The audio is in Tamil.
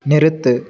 நிறுத்து